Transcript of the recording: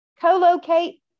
co-locate